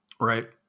Right